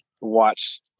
watch